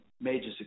major